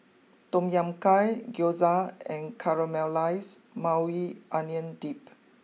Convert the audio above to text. Tom Kha Gai Gyoza and Caramelized Maui Onion Dip